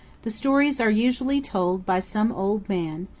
the stories are usually told by some old man,